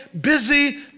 busy